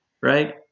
right